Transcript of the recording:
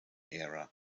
era